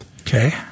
Okay